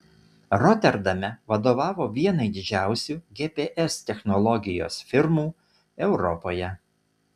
roterdame vadovavo vienai didžiausių gps technologijos firmų europoje